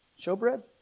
showbread